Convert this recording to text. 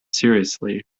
seriously